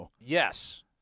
Yes